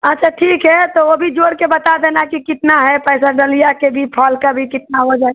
अच्छा ठीक है तो अभी जोड़ कर बता देना कि कितना है पैसा डलिया के भी फल का भी कितना हो जाएगा